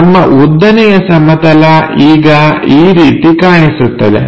ನಮ್ಮ ಉದ್ದನೆಯ ಸಮತಲ ಈಗ ಈ ರೀತಿ ಕಾಣಿಸುತ್ತದೆ